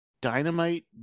Dynamite